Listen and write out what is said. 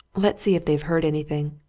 let's see if they've heard anything.